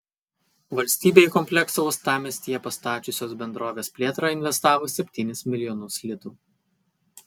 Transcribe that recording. valstybė į kompleksą uostamiestyje pastačiusios bendrovės plėtrą investavo septynis milijonus litų